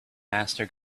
master